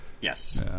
Yes